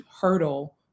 hurdle